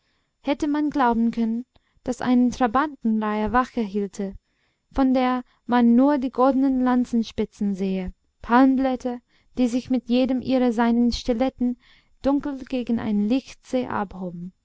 hätte man glauben können daß eine trabantenreihe wache hielte von der man nur die goldenen lanzenspitzen sähe palmblätter die sich mit jedem ihrer seinen stilletten dunkel gegen einen lichtsee abhoben